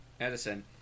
Edison